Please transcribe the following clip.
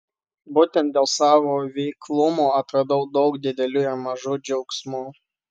būtent dėl savo veiklumo atradau daug didelių ir mažų džiaugsmų